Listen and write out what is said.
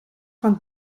von